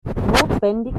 notwendig